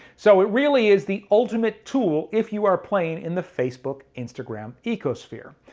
so it really is the ultimate tool if you are playing in the facebook instagram ecosphere.